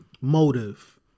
motive